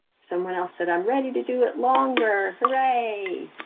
someone else said, i'm ready to do it longer, hooray.